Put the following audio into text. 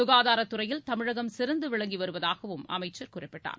சுகாதாரத்துறையில் தமிழகம் சிறந்து விளங்கி வருவதாகவும் அமைச்சர் குறிப்பிட்டார்